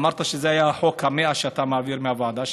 אמרת שזה היה החוק ה-100 שאתה מעביר מהוועדה שלך.